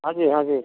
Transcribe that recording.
हाँ जी हाँ जी